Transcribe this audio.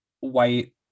white